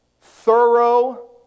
thorough